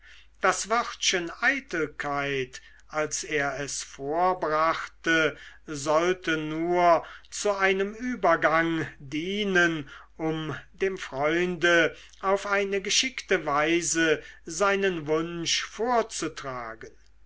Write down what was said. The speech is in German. das wörtchen eitelkeit als er es vorbrachte sollte nur zu einem übergang dienen um dem freunde auf eine geschickte weise seinen wunsch vorzutragen